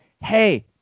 hey